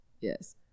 Yes